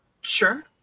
sure